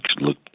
look